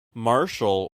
marshall